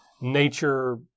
nature